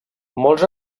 molts